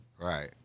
Right